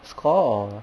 score or